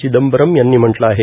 चिदंबरम यांनी म्हटलं आहे